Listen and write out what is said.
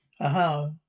Aha